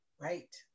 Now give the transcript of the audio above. Right